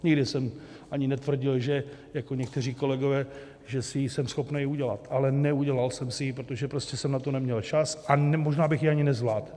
Nikdy jsem ani netvrdil jako někteří kolegové, že si ji jsem schopný udělat, ale neudělal jsem si ji, protože prostě jsem na to neměl čas, a možná bych ji ani nezvládl.